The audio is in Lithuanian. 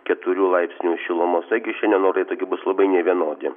keturių laipsnių šilumos taigi šiandien orai tokie bus labai nevienodi